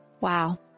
wow